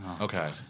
Okay